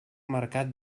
mercat